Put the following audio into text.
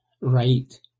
right